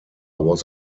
was